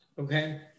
Okay